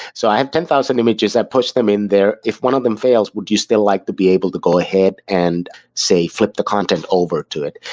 so i have ten thousand images, i push them in there. if one of them fails, would you still like to be able to go ahead and say flip the content over to it?